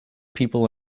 people